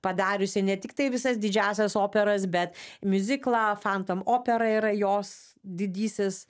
padariusi ne tiktai visas didžiąsias operas bet miuziklą fantam opera yra jos didysis